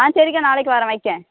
ஆ சரிக்கா நாளைக்கு வரேன் வைக்கேறேன்